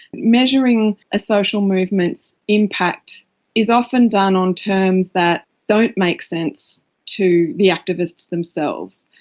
measuring a social movement's impact is often done on terms that don't make sense to the activists themselves.